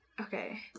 Okay